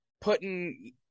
putting